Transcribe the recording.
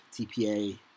TPA